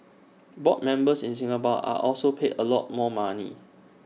board members in Singapore are also paid A lot more money